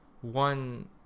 one